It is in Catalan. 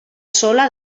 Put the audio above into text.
sola